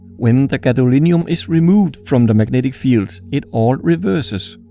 when the gadolinium is removed from the magnetic field, it all reverses.